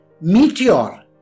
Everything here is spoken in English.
meteor